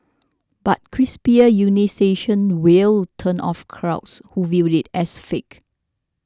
but crisper enunciation will turn off local crowds who view it as fake